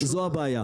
זאת הבעיה.